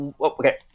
okay